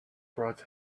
brought